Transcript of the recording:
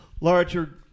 larger